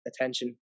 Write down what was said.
attention